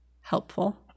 helpful